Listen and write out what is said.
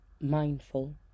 mindful